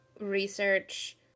research